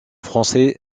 français